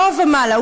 לא ומעלה,